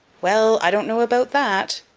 well, i don't know about that.